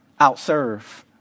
outserve